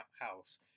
house